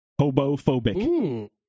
Hobophobic